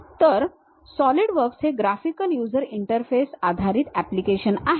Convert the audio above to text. तर सॉलिडवर्क्स हे graphical user interface आधारित अप्लिकेशन आहे